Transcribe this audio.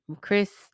Chris